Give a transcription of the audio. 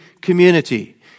community